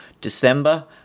December